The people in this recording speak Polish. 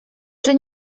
czy